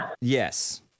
yes